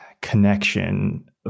connection